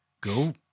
go